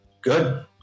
Good